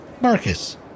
Marcus